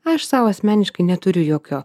aš sau asmeniškai neturiu jokio